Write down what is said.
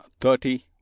thirty